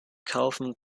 kaufen